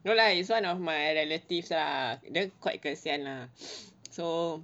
no lah it's one of my relatives lah dia quite kesian lah so